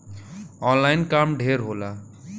online काम ढेर होला